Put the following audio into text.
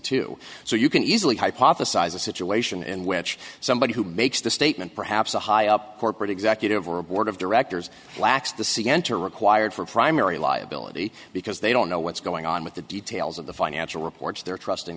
two so you can easily hypothesize a situation in which somebody who makes the statement perhaps a high up corporate executive or a board of directors lacks the c enter required for primary liability because they don't know what's going on with the details of the financial reports they're trusting